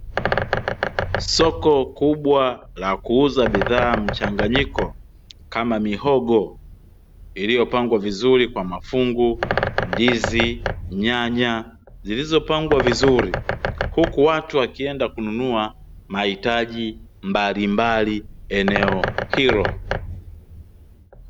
Soko kubwa la kuuza bidhaa mchanganyiko; kama mihogo, iliyopangwa vizuri kwa mafungu, ndizi, nyanya, zilizopangwa vizuri, huku watu wakienda kununua mahitaji mbalimbali eneo hilo.